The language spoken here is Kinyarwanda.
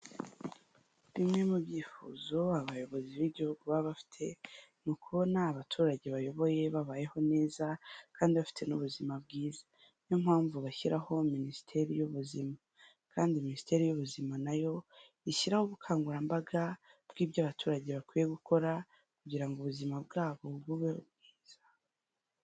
Bimwe mu byifuzo abayobozi b'igihugu baba bafite, ni ukubona abaturage bayoboye babayeho neza kandi bafite n'ubuzima bwiza, niyo mpamvu bashyiraho minisiteri y'ubuzima, kandi minisiteri y'ubuzima nayo ishyiraho ubukangurambaga bw'ibyo abaturage bakwiye gukora kugira ubuzima bwabo bube bwiza.